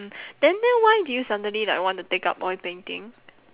then then why did you suddenly like want to take up oil painting